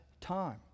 time